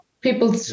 people